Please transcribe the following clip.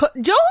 Joe